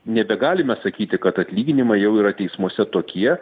nebegalime sakyti kad atlyginimai jau yra teismuose tokie